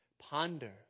ponder